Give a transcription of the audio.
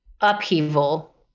upheaval